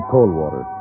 Coldwater